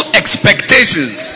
expectations